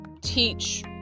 teach